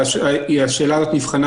השאלה הזאת נבחנה